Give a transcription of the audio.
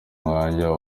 manywa